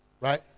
right